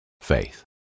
faith